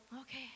okay